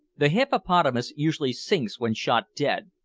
the hippopotamus usually sinks when shot dead,